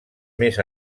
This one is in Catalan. més